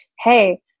Hey